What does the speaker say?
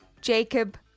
Jacob